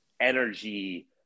energy